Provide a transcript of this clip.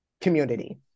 Community